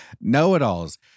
know-it-alls